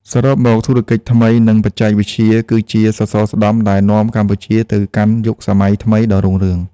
សរុបមក ធុរកិច្ចថ្មី និងបច្ចេកវិទ្យាគឺជាសសរស្តម្ភដែលនាំកម្ពុជាទៅកាន់យុគសម័យថ្មីដ៏រុងរឿង។